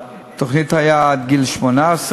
התוכנית הייתה עד גיל 18,